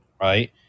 right